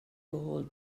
hold